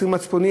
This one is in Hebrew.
אסיר מצפון,